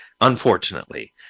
unfortunately